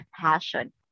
passion